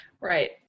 Right